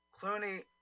Clooney